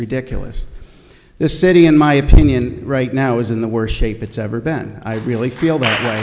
ridiculous the city in my opinion right now is in the worst shape it's ever been i really feel that